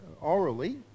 orally